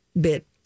bit